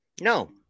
No